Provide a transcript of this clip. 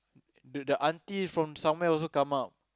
dude the auntie from somewhere also come up